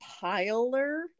piler